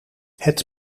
het